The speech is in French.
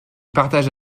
partage